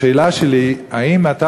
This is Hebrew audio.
השאלה שלי: האם אתה,